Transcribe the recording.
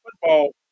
football